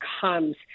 comes